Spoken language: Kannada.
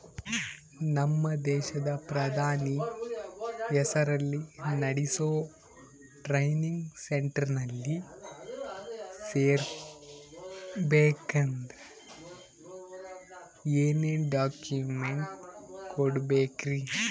ನಮ್ಮ ದೇಶದ ಪ್ರಧಾನಿ ಹೆಸರಲ್ಲಿ ನೆಡಸೋ ಟ್ರೈನಿಂಗ್ ಸೆಂಟರ್ನಲ್ಲಿ ಸೇರ್ಬೇಕಂದ್ರ ಏನೇನ್ ಡಾಕ್ಯುಮೆಂಟ್ ಕೊಡಬೇಕ್ರಿ?